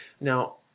Now